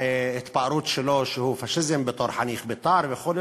וההתפארות שלו שהוא פאשיסט בתור חניך בית"ר וכו'.